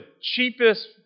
cheapest